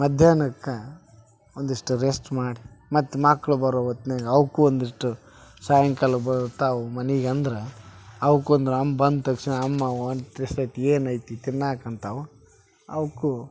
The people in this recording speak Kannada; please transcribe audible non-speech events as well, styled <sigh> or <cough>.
ಮಧ್ಯಾಹ್ನಕ್ಕೆ ಒಂದಿಷ್ಟು ರೆಸ್ಟ್ ಮಾಡಿ ಮತ್ತೆ ಮಕ್ಳು ಬರೋ ಹೊತ್ನಾಗ ಅವಕ್ಕೂ ಒಂದಿಷ್ಟು ಸಾಯಂಕಾಲ ಬರ್ತಾವೆ ಮನಿಗೆ ಅಂದ್ರೆ ಅವುಕ್ಕೆ ಒಂದು ಅಮ್ ಬಂದ ತಕ್ಷಣ ಅಮ್ಮ <unintelligible> ಏನೈತಿ ತಿನ್ನಾಕ್ಕ ಅಂತಾವೆ ಅವಕ್ಕೂ